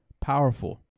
powerful